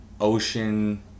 ocean